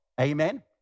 Amen